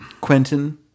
Quentin